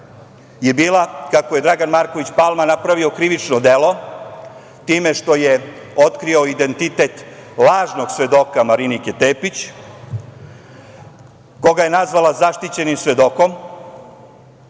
je bila kako je Dragan Marković Palma napravio krivično delo time što je otkrio identitet ovog lažnog svedoka Marinike Tepić, koga je nazvala zaštićenim svedokom.